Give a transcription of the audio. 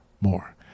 more